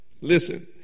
Listen